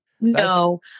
No